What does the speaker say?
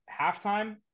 halftime